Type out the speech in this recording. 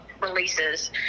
releases